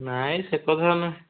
ନାହିଁ ସେ କଥା ନୁହେଁ